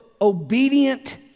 obedient